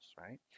right